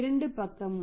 இரண்டு பக்கமும்